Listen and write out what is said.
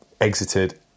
exited